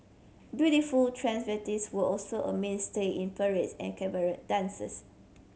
beautiful transvestites were also a mainstay in parades and cabaret dances